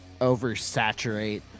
oversaturate